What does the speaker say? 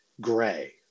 gray